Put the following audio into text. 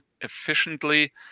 efficiently